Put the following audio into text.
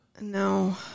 no